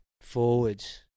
forwards